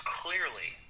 clearly